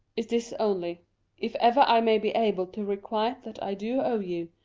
is this only if ever i may be able to requite that i do owe you,